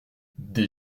des